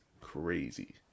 crazy